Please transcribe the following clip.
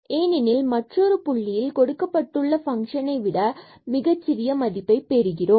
ஏனெனில் மற்றொரு புள்ளியில் கொடுக்கப்பட்டுள்ள பங்க்ஷனை விட மிகச் சிறிய மதிப்பை பெறுகிறோம்